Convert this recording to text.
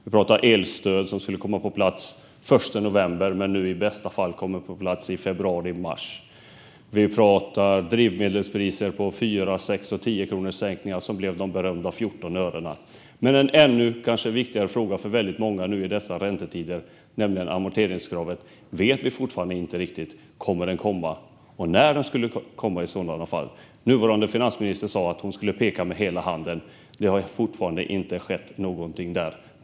Vi pratar elstöd, som skulle komma på plats den 1 november men nu i bästa fall kommer på plats i februari/mars. Vi pratar drivmedelspriser med 4, 6 och 10-kronorssänkningar som blev de berömda 14 örena. En ännu viktigare fråga för många i dessa räntetider är amorteringskravet. Vi vet fortfarande inte om det ska ges ett stöd eller när. Nuvarande finansminister sa att hon skulle peka med hela handen, men det har fortfarande inte skett någonting där.